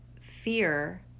fear